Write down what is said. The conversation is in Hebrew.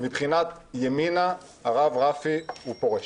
מבחינת ימינה הרב רפי הוא פורש.